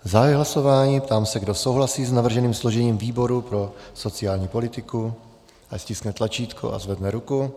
Zahajuji hlasování a ptám se, kdo souhlasí s navrženým složením výboru pro sociální politiku, ať stiskne tlačítko a zvedne ruku.